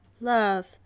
love